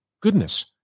goodness